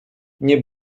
nie